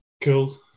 Cool